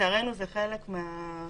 לצערנו זה חלק מהמציאות.